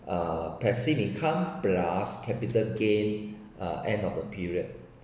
uh passive income plus capital gain uh end of the period